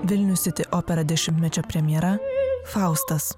vilnius sity opera dešimtmečio premjera faustas